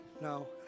No